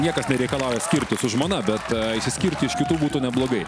niekas nereikalauja skirtis žmona bet išsiskirti iš kitų būtų neblogai